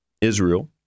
Israel